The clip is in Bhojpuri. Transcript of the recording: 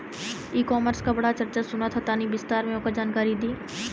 ई कॉमर्स क बड़ी चर्चा सुनात ह तनि विस्तार से ओकर जानकारी दी?